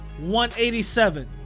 187